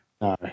No